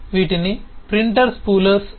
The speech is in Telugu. వీటిని ప్రింటర్ స్పూలర్స్ అంటారు